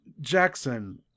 Jackson